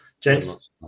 Gents